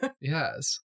Yes